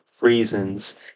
reasons